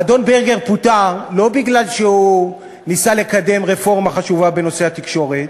האדון ברגר פוטר לא מפני שהוא ניסה לקדם רפורמה חשובה בנושא התקשורת.